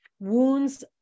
wounds